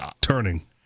turning